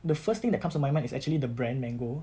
the first thing that comes to my mind is actually the brand mango